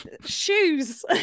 Shoes